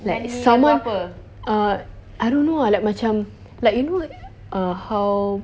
like someone err I don't know ah like macam like you know err how